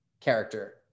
character